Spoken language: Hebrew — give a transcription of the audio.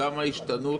גם ההשתנות